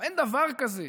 אין דבר כזה,